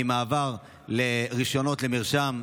מעבר מרישיונות למרשם.